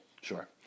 Sure